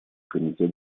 комитет